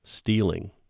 stealing